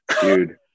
dude